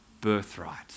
birthright